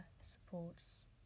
supports